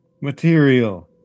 material